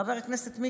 חבר הכנסת מיקי,